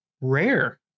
rare